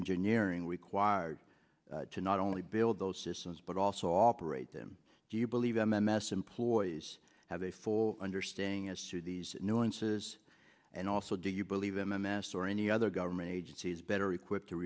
engineering required to not only build those systems but also operate them do you believe m m s employees have a full understanding as to these nuances and also do you believe them amass or any other government agencies better equipped to